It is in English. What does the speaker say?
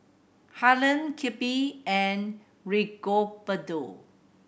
Harlen Kirby and Rigoberto